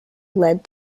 led